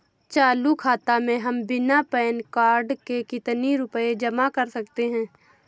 चालू खाता में हम बिना पैन कार्ड के कितनी रूपए जमा कर सकते हैं?